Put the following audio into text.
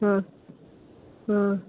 હઁ હઁ